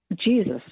Jesus